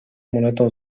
monetą